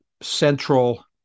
central